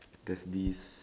there's this